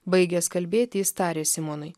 baigęs kalbėti jis tarė simonui